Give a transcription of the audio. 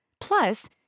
Plus